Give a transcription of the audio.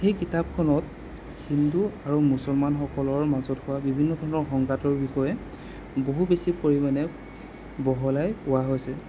সেই কিতাপখনত হিন্দু আৰু মুছলমানসকলৰ মাজত হোৱা বিভিন্ন ধৰণৰ সংঘাতৰ বিষয়ে বহু বেছি পৰিমাণে বহলাই কোৱা হৈছে